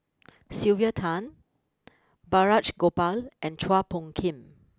Sylvia Tan Balraj Gopal and Chua Phung Kim